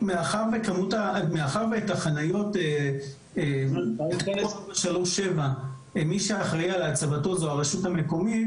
מאחר שמי שאחראי על הצבת תמרור 437 זו הרשות המקומית